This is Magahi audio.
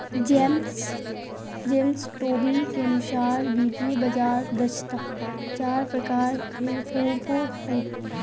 जेम्स टोबीन के अनुसार वित्तीय बाजार दक्षता चार प्रकार के होवो हय